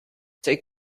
take